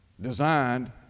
designed